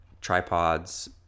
tripods